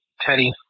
Teddy